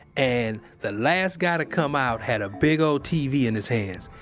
and the last guy to come out had a big old tv in his hands.